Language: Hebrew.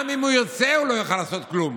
גם אם הוא ירצה, הוא לא יוכל לעשות כלום.